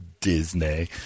Disney